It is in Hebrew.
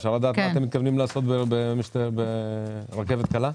אפשר לדעת מה אתם מתכוונים לעשות ברכבת הקלה?